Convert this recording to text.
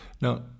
Now